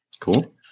Cool